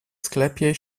sklepie